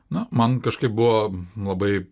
na man kažkaip buvo labai